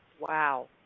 Wow